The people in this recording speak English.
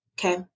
Okay